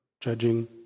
Judging